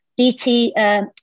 DT –